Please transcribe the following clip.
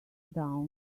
down